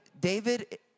David